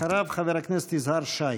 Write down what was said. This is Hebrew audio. אחריו, חבר הכנסת יזהר שי.